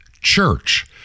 Church